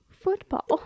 football